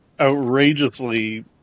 outrageously